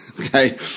Okay